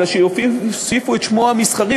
אלא שיוסיפו את שמו המסחרי,